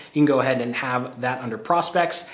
you can go ahead and have that under prospects,